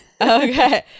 Okay